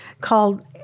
called